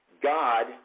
God